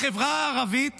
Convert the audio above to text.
בחברה הערבית